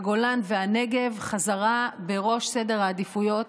הגולן והנגב בחזרה בראש סדר העדיפויות.